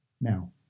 Now